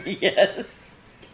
Yes